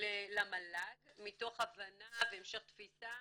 למל"ג מתוך הבנה והמשך תפיסה